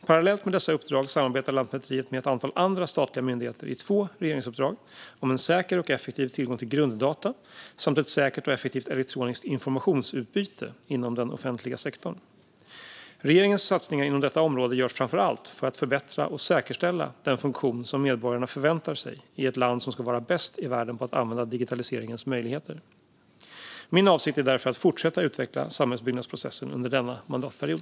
Parallellt med dessa uppdrag samarbetar Lantmäteriet med ett antal andra statliga myndigheter i två regeringsuppdrag om en säker och effektiv tillgång till grunddata samt ett säkert och effektivt elektroniskt informationsutbyte inom den offentliga sektorn. Regeringens satsningar inom detta område görs framför allt för att förbättra och säkerställa den funktion som medborgarna förväntar sig i ett land som ska vara bäst i världen på att använda digitaliseringens möjligheter. Min avsikt är därför att fortsätta utveckla samhällsbyggnadsprocessen under denna mandatperiod.